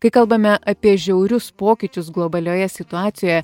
kai kalbame apie žiaurius pokyčius globalioje situacijoje